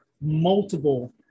multiple